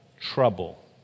trouble